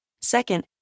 Second